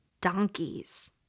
donkeys